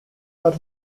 are